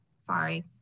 Sorry